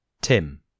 Tim